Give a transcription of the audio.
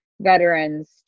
veterans